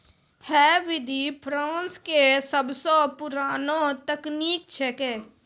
है विधि फ्रांस के सबसो पुरानो तकनीक छेकै